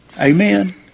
Amen